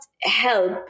help